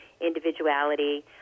individuality